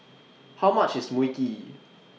How much IS Mui Kee